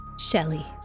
Shelley